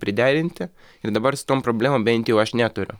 priderinti ir dabar su tom problemom bent jau aš neturiu